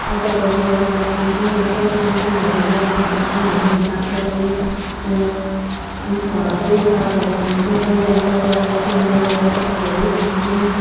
अचारहरू बनाएर खान्छौँ यस्तै खानापिनाहरू बनाएर खान्छौँ हामी सागसब्जी घरकै सागहरू खान्छौँ कोही बेला बजारबाट किनेर ल्याएको सब्जीहरू खान्छौँ